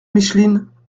micheline